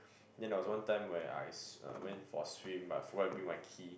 then there was one time when I s~ uh went for a swim but I forget to bring my key